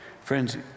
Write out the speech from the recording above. Friends